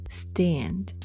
stand